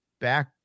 back